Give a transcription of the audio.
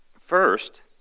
First